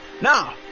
Now